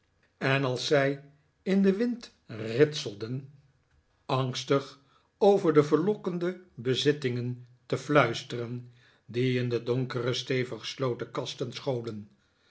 en als zij in den wind ritselden angnikolaas nickleby stig over de verlokkende bezittingen te fluisteren die in de donkere stevig gesloten kasten scholen